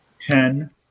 ten